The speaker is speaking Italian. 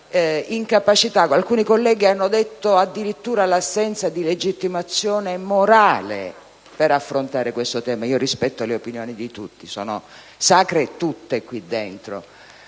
alcuni colleghi hanno parlato addirittura di assenza di legittimazione morale ad affrontare questo tema. Rispetto le opinioni di tutti, che sono tutte sacre qui dentro,